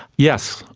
yes,